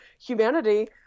humanity